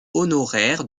honoraire